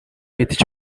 мэдэж